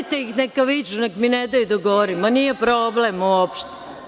Pustite ih neka viču, nek mi ne daju da govorim, nije problem uopšte.